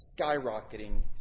skyrocketing